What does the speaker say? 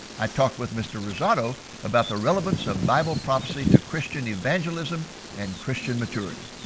i talked with mr. rosado about the relevance of bible prophecy to christian evangelism and christian maturity.